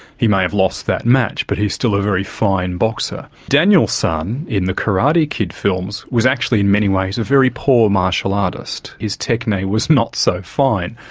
he may have lost that match, but he's still a very fine boxer. daniel-son, in the karate kid films, was actually in many ways a very poor martial artist. his techne was not so fine,